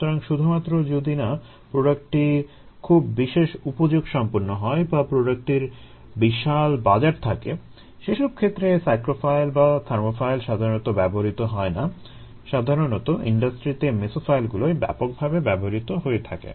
সুতরাং শুধুমাত্র যদি না প্রোডাক্টটি খুব বিশেষ উপযোগ সম্পন্ন হয় বা প্রোডাক্টটির বিশাল বাজার থাকে সেসব ক্ষেত্রে সাইক্রোফাইল বা থার্মোফাইল সাধারণত ব্যবহৃত হয় না সাধারণত ইন্ডাস্ট্রিতে মেসোফাইলগুলোই ব্যাপকভাবে ব্যবহৃত হয়ে থাকে